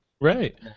right